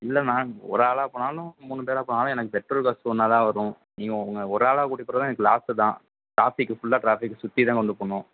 இல்லைண்ணா ஒரு ஆளாக போனாலும் மூணு பேராக போனாலும் எனக்கு பெட்ரோல் காஸ்ட் ஒன்னாக தான் வரும் நீங்கள் உங்கள் ஒரு ஆளாக கூட்டிகிட்டு போகிறதால எனக்கு லாஸ்ஸு தான் ட்ராஃபிக் ஃபுல்லாக ட்ராஃபிக் சுற்றி தான் கொண்டு போவணும்